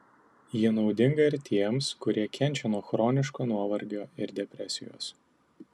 ji naudinga ir tiems kurie kenčia nuo chroniško nuovargio ir depresijos